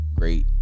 great